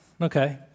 Okay